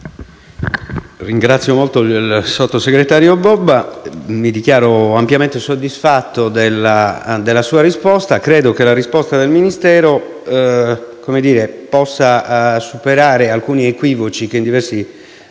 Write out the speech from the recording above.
ringrazio molto il sottosegretario Bobba e mi dichiaro ampiamente soddisfatto della sua risposta. Credo infatti che la risposta del Ministero possa superare alcuni equivoci che in diversi